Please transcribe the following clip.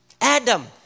Adam